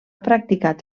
practicat